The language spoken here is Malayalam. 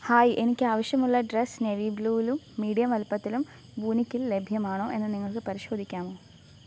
ഹായ് എനിക്ക് ആവശ്യമുള്ള ഡ്രസ്സ് നേവി ബ്ലൂലും മീഡിയം വലുപ്പത്തിലും വൂനിക്കിൽ ലഭ്യമാണോ എന്ന് നിങ്ങൾക്ക് പരിശോധിക്കാമോ